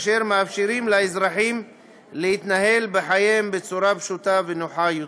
אשר מאפשרים לאזרחים להתנהל בחייהם בצורה פשוטה ונוחה יותר.